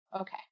okay